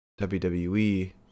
WWE